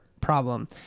problem